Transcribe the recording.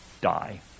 die